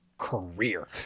career